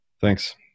Thanks